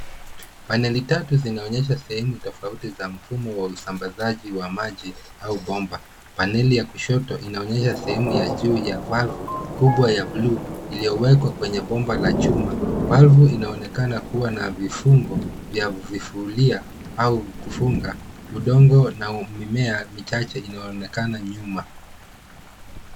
Paneli tatu zinaonyesha sehemu tofauti za mfumo wa usambazaji wa maji au bomba. Paneli ya kushoto inaonyesha sehemu ya juu ya valvu kubwa ya buluu; iliyowekwa kwenye bomba la chuma. Valvu inaonekana kuwa na vifungo vya vifulia au kufunga. Udongo na mimea michache inaonekana nyuma.